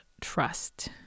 trust